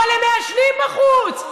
אבל הם מעשנים בחוץ.